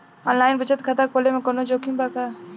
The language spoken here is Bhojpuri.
आनलाइन बचत खाता खोले में कवनो जोखिम बा का?